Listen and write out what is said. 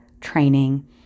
training